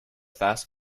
fast